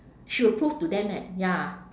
she will prove to them that ya